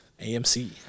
AMC